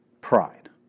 pride